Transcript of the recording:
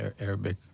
Arabic